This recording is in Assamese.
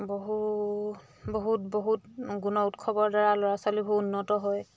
বহু বহুত বহুত গুণ উৎসৱৰ দ্বাৰা ল'ৰা ছোৱালীবোৰ উন্নত হয়